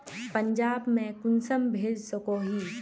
पंजाब में कुंसम भेज सकोही?